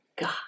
God